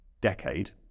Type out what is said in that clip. decade